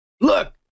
Look